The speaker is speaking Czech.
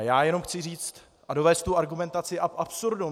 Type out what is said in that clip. Já jenom chci dovést tu argumentaci ad absurdum.